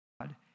God